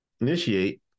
initiate